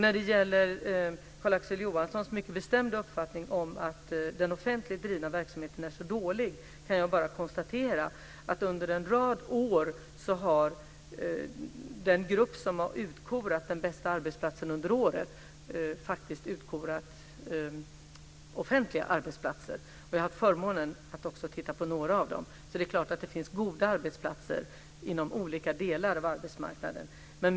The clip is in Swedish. När det gäller Carl-Axel Johanssons mycket bestämda uppfattning om att den offentligt drivna verksamheten är så dålig kan jag bara konstatera att den grupp som under en rad år utkorat bästa arbetsplatsen under året faktiskt utkorat offentliga arbetsplatser - jag har haft förmånen att titta närmare på några av dem - så det är klart att det finns goda arbetsplatser inom olika delar av arbetsmarknaden.